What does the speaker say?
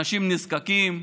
אנשים נזקקים,